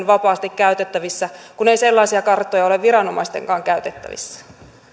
vapaasti käytettävissä kun ei sellaisia karttoja ole viranomaistenkaan käytettävissä nyt